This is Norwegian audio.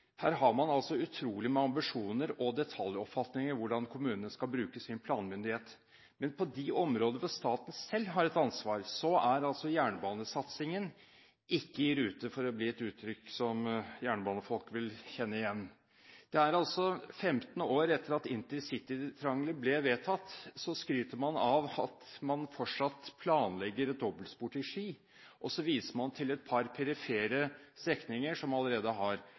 her har man altså utrolig med ambisjoner og detaljoppfatninger av hvordan kommunene skal bruke sin planmyndighet, men på områder hvor staten selv har et ansvar, er f.eks. jernbanesatsingen ikke i rute, for å bruke et uttrykk som jernbanefolk vil kjenne igjen. 15 år etter at intercitytriangelet ble vedtatt skryter man altså av at man fortsatt planlegger et dobbeltspor til Ski, og så viser man til et par perifere strekninger som allerede har